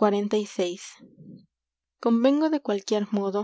rt xlyi onvengo de cualquier modo